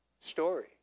story